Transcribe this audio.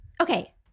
Okay